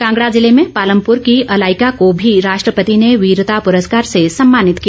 कांगड़ा जिले में पालमपुर की अलाइका को भी राष्ट्रपति ने वीरता पुरस्कार से सम्मानित किया